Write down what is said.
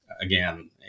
again